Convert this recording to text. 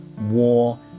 war